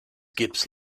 gibbs